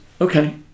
okay